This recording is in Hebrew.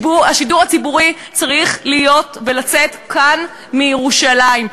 השידור הציבורי צריך להיות ולצאת מכאן מירושלים.